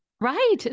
right